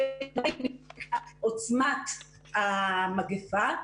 --- עוצמת המגפה,